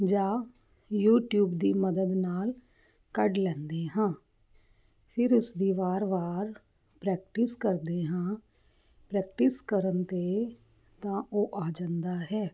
ਜਾਂ ਯੂਟੀਊਬ ਦੀ ਮਦਦ ਨਾਲ ਕੱਢ ਲੈਂਦੇ ਹਾਂ ਫਿਰ ਇਸ ਦੀ ਵਾਰ ਵਾਰ ਪ੍ਰੈਕਟਿਸ ਕਰਦੇ ਹਾਂ ਪ੍ਰੈਕਟਿਸ ਕਰਨ ਦੇ ਤਾਂ ਉਹ ਆ ਜਾਂਦਾ ਹੈ